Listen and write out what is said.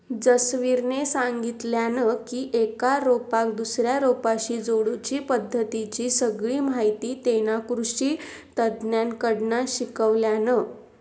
जसवीरने सांगितल्यान की एका रोपाक दुसऱ्या रोपाशी जोडुची पद्धतीची सगळी माहिती तेना कृषि तज्ञांकडना शिकल्यान